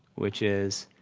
which is,